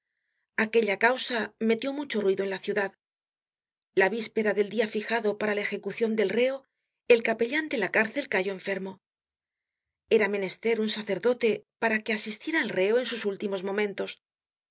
aquella causa metió mucho ruido en la ciudad la víspera del dia fijado para la ejecucion del reo el capellan de la cárcel cayó enfermo era menester un sacerdote para que asistiera al reo en sus últimos momentos